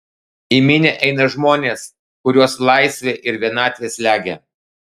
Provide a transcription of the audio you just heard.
į minią eina žmonės kuriuos laisvė ir vienatvė slegia